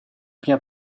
bien